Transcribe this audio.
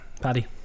Paddy